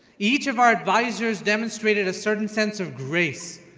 each of our advisors demonstrated a certain sense of grace,